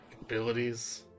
abilities